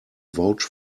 vouch